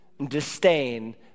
Disdain